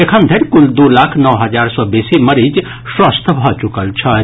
एखन धरि कुल दू लाख नओ हजार सँ बेसी मरीज स्वस्थ भऽ चुकल छथि